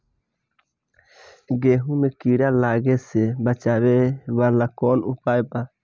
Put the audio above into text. गेहूँ मे कीड़ा लागे से बचावेला कौन उपाय बा?